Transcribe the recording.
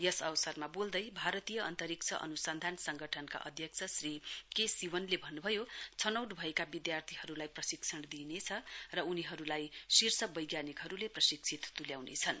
यस अवसरमा वोल्दै भारतीय अन्तरिक्ष अनुसन्धान संगठनका अध्यक्ष श्री के सिवनले भन्नुभयो छनौट भएका विधार्थीहरुलाई प्रशिक्षण दिइनेछ र उनीहरुलाई शीर्ष वैज्ञानिकहरुले प्रशिक्षित तुल्युनेछन्